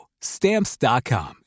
Stamps.com